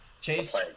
Chase